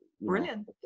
brilliant